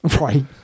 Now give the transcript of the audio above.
Right